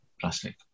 Plastic